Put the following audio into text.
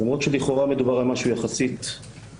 אז למרות שלכאורה מדובר על משהו שהוא יחסית טריוויאלי,